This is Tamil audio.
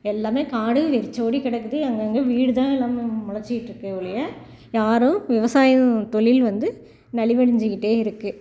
எல்லாமே காடு வெறிச்சோடி கிடக்குது அங்கங்கே வீடு தான் எல்லாமே முளச்சிட்டு இருக்கே ஒழிய யாரும் விவசாயம் தொழில் வந்து நலிவடைஞ்சிக்கிட்டே இருக்குது